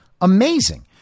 Amazing